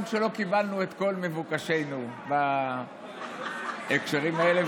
גם כשלא קיבלנו את כל מבוקשנו בהקשרים האלה.